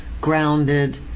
grounded